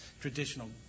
traditional